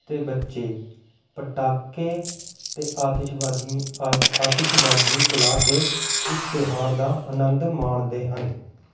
ਅਤੇ ਬੱਚੇ ਪਟਾਕੇ ਅਤੇ ਆਤਿਸ਼ਬਾਦੀ ਆਤਿਸ਼ਬਾਜੀ ਚਲਾਕੇ ਇਸ ਤਿਉਹਾਰ ਦਾ ਅਨੰਦ ਮਾਣਦੇ ਹਨ